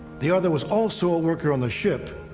the other was also a worker on the ship,